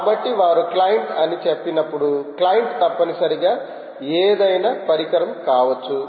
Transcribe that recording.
కాబట్టి వారు క్లయింట్ అని చెప్పినప్పుడు క్లయింట్ తప్పనిసరిగా ఏదైనా పరికరం కావచ్చు